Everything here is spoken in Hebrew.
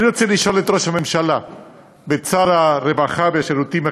אני רוצה לשאול את ראש הממשלה ואת שר הרווחה והשירותים החברתיים,